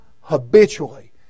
habitually